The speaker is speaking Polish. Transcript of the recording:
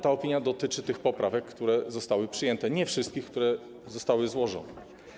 Ta opinia dotyczy tych poprawek, które zostały przyjęte, a nie wszystkich poprawek, które zostały złożone.